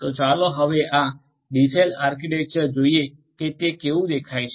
તો ચાલો હવે આ ડીસેલ આર્કિટેક્ચર જોઈએ કે તે કેવું દેખાય છે